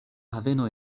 haveno